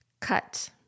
cut